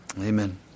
Amen